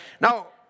Now